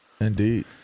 Indeed